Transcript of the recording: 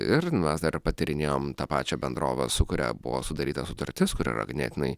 ir mes dar patyrinėjom tą pačią bendrovę su kuria buvo sudaryta sutartis kuri yra ganėtinai